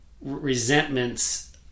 resentments